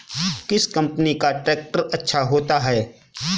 किस कंपनी का ट्रैक्टर अच्छा होता है?